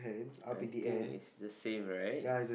I think it's the same right